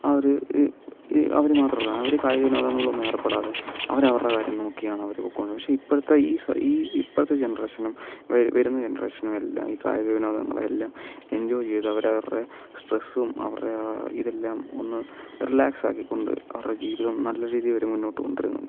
ആ ഒരു ഈ ഈ അവർ മാത്രല്ല അവർ കായിക വിനോദങ്ങളിലൊന്നും ഏർപ്പെടാതെ അവരവരുടെ കാര്യം നോക്കിയാണ് അവർ പൊയ്ക്കൊണ്ടിരുന്നത് ഈ ഇപ്പോഴത്തെ ജനറേഷനും വരും വരുന്ന ജനറേഷനും എല്ലാം ഈ കായികവിനോദങ്ങളെ എല്ലാം എഞ്ചോയ് ചെയ്ത് അവർ അവരുടെ സ്ട്രെസ്സും അവരുടെ ആ ഇതെല്ലാം ഒന്ന് റിലാക്സാക്കി കൊണ്ട് അവരുടെ ജീവിതം നല്ല രീതിയിൽ അവർ മുന്നോട്ട് കൊണ്ട് വരുന്നുണ്ട്